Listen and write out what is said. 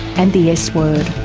and the s-word.